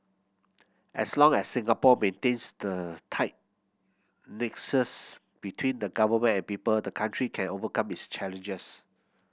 as long as Singapore maintains the tight nexus between the Government and people the country can overcome its challenges